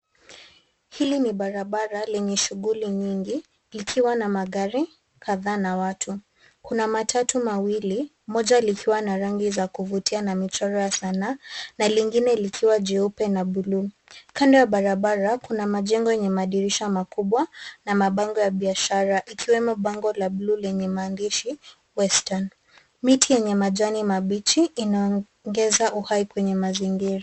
Hili ni barabara lenye shughuli nyingi, likiwa na magari kadhaa na watu. Kuna matatu mawili, moja likiwa na rangi za kuvutia na michoro ya sanaa, na lingine likiwa jeupe na blue . Kando ya barabara kuna majengo yenye madirisha makubwa, na mabango ya biashara, ikiwemo bango la blue lenye maandishi; Western. Miti yenye majani mabichi inaongeza uhai kwenye mazingira.